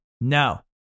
No